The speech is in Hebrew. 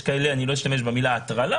לא אשתמש במילה: "הטרלה",